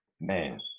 man